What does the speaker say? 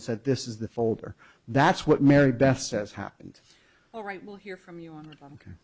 and said this is the folder that's what mary beth says happened